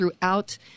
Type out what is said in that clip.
throughout